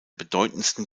bedeutendsten